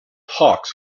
hawks